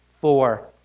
four